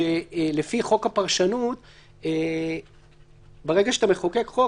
שלפי חוק הפרשנות ברגע שאתה מחוקק חוק